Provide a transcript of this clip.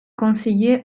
conseiller